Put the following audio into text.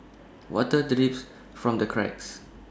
water drips from the cracks